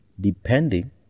depending